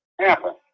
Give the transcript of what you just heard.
happen